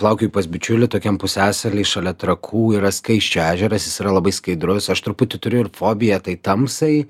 plaukioju pas bičiulį tokiam pusiasaly šalia trakų yra skaisčio ežeras jis yra labai skaidrus aš truputį turiu ir fobiją tai tamsai